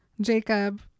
Jacob